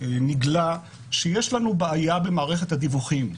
נגלה שיש לנו בעיה במערכת הדיווחים.